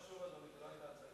נושא חשוב, אדוני.